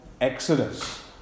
Exodus